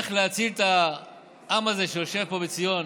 איך להציל את העם הזה, שיושב פה בציון